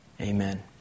amen